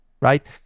right